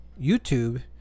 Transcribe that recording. YouTube